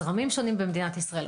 זרמים שונים במדינת ישראל,